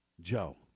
joe